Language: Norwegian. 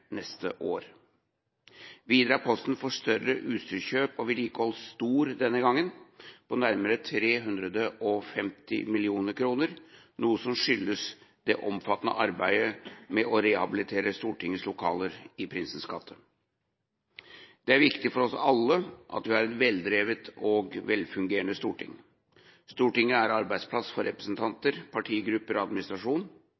neste år. Videre er posten for større utstyrskjøp og vedlikehold stor denne gangen, på nærmere 350 mill. kr, noe som skyldes det omfattende arbeidet med å rehabilitere Stortingets lokaler i Prinsensgate. Det er viktig for oss alle at vi har et veldrevet og velfungerende storting. Stortinget er arbeidsplass for